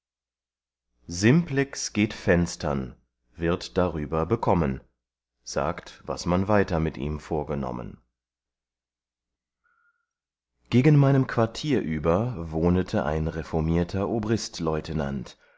simplex geht fenstern wird darüber bekommen sagt was man weiter mit ihm vorgenommen gegen meinem quartier über wohnete ein reformierter obristleutenant